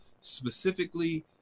specifically